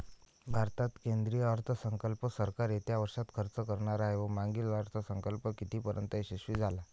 भारतात केंद्रीय अर्थसंकल्प सरकार येत्या वर्षात खर्च करणार आहे व मागील अर्थसंकल्प कितीपर्तयंत यशस्वी झाला